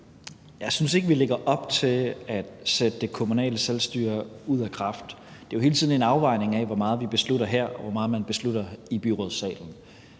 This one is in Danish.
Jeg synes ikke, vi lægger op til at sætte det kommunale selvstyre ud af kraft. Det er jo hele tiden en afvejning af, hvor meget vi beslutter her, og hvor meget man beslutter i byrådssalen.